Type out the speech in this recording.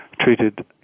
treated